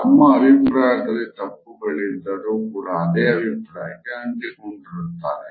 ತಮ್ಮ ಅಭಿಪ್ರಾಯದಲ್ಲಿ ತಪ್ಪುಗಳಿದ್ದರೂ ಕೂಡ ಆದೆ ಅಭಿಪ್ರಾಯಕ್ಕೆ ಅಂಟಿಕೊಂಡಿರುತ್ತಾರೆ